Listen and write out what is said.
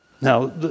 Now